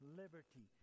liberty